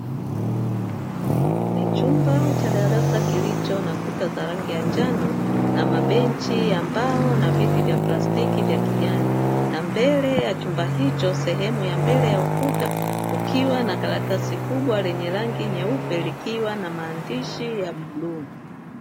Ni chumba cha darasa kilicho na kuta za rangi ya njano na mabenchi ya mbao na viti vya plastiki vya kijani, na mbele ya chumba hicho sehemu ya mbele ya ukuta, kukiwa na karatasi kubwa lenye rangi nyeupe ikiwa na maandishi ya bluu.